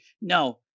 no